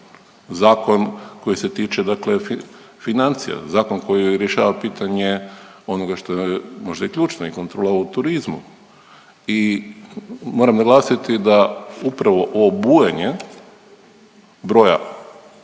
zakon koji se tiče dakle financija, zakon koji rješava pitanje onoga što nam je možda i ključno, i kontrola u turizmu i moram naglasiti da upravo ovo bujanje broja